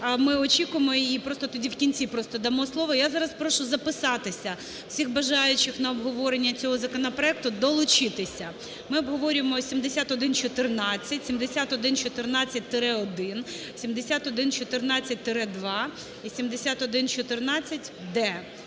ми очікуємо її, просто тоді в кінці дамо слово. Я зараз прошу записатися всіх бажаючих на обговорення цього законопроекту, долучитися. Ми обговорюємо 7114, 7114-1, 7114-2,7114-д.